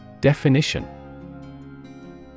Definition